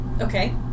Okay